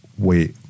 wait